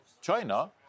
China